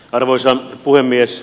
arvoisa puhemies